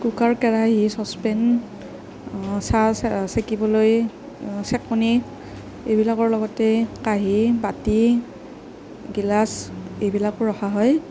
cooker কেৰাহী saucepan চাহ ছেকিবলৈ ছেকনি এইবিলাকৰ লগতে কাঁহী বাতি গিলাচ এইবিলাকো ৰখা হয়